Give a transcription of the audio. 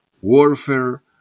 warfare